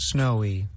Snowy